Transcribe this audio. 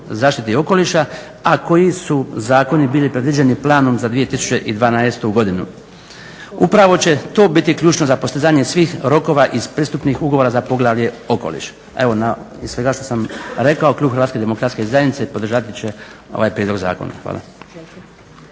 zaštiti okoliša, a koji su zakoni bili predviđeni planom za 2012.godinu. Upravo će to biti ključno za postizanje svih rokova iz pristupnih ugovora za poglavlje okoliš. Evo iz svega što sam rekao klub HDZ-a podržati će ovaj prijedlog zakona. Hvala.